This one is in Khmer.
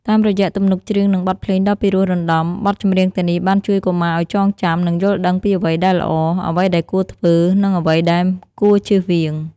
តាមរយៈទំនុកច្រៀងនិងបទភ្លេងដ៏ពិរោះរណ្ដំ បទចម្រៀងទាំងនេះបានជួយកុមារឲ្យចងចាំ និងយល់ដឹងពីអ្វីដែលល្អ អ្វីដែលគួរធ្វើ និងអ្វីដែលគួរជៀសវាង។